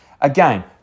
Again